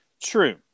True